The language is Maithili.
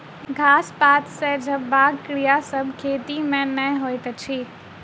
घास पात सॅ झपबाक क्रिया सभ खेती मे नै होइत अछि